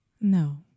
No